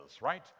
right